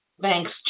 thanks